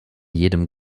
jedem